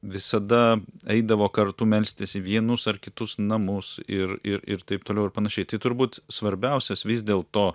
visada eidavo kartu melstis į vienus ar kitus namus ir ir ir taip toliau ir panašiai turbūt svarbiausias vis dėlto